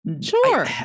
Sure